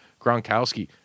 Gronkowski